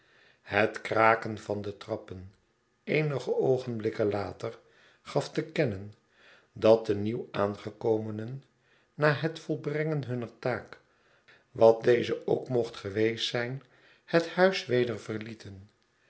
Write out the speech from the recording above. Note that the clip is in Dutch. het kraken van de trappen eenige bogenblikken later gaf te kennen dat de nieuwaangekomenen na het volbrengen imnner taak wat deze ook mocht geweest zijn het huis weder verlieten